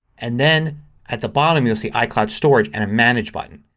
and then at the bottom you'll see icloud storage and a manage button.